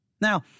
Now